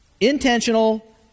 intentional